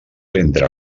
entre